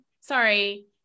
sorry